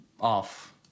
off